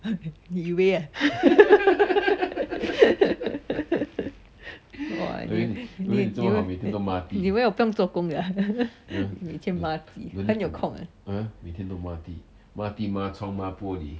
你以为啊 you you 你你以为我不用做工的啊 每天抹地很用空啊